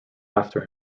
after